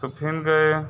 तो फिर गए